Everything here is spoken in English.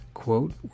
Quote